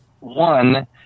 one